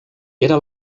era